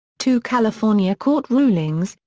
two california court rulings,